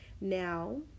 now